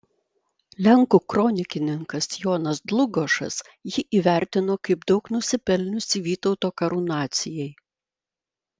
lenkų kronikininkas jonas dlugošas jį įvertino kaip daug nusipelniusį vytauto karūnacijai